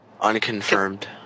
Unconfirmed